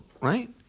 Right